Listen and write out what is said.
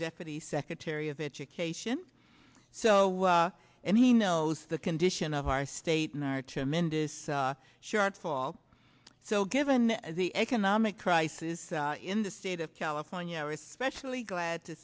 deputy secretary of education so and he knows the condition of our state and our tremendous shortfall so given the economic crisis in the state of california especially glad to